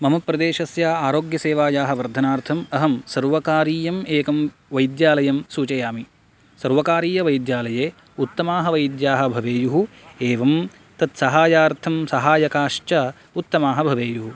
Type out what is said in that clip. मम प्रदेशस्य आरोग्यसेवायाः वर्धनार्थम् अहं सर्वकारीयम् एकं वैद्यालयं सूचयामि सर्वकारीयवैद्यालये उत्तमाः वैद्याः भवेयुः एवं तत्साहाय्यार्थं सहायकाश्च उत्तमाः भवेयुः